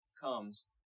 comes